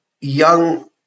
young